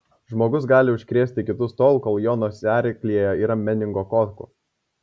žmogus gali užkrėsti kitus tol kol jo nosiaryklėje yra meningokokų